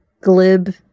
glib